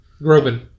Groban